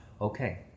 okay